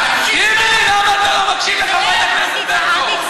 טיבי, למה אתה לא מקשיב לחברת הכנסת ברקו?